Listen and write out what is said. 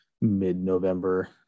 mid-November